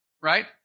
right